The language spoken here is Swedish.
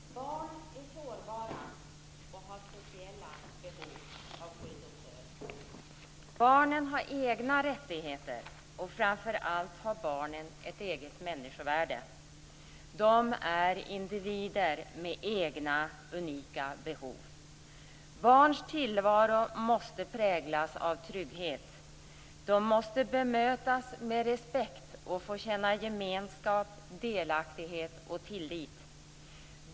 Fru talman! Barn är sårbara och har speciella behov av skydd och stöd. Barnen har egna rättigheter, och framför allt har barnen ett eget människovärde. De är individer med egna unika behov. Barns tillvaro måste präglas av trygghet. De måste bemötas med respekt och få känna gemenskap, delaktighet och tillit.